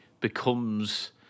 becomes